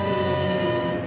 and